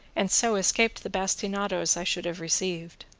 and so escaped the bastinadoes i should have received.